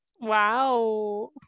Wow